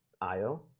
Io